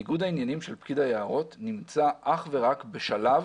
ניגוד העניינים של פקיד היערות נמצא אך ורק בשלב